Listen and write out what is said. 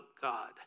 God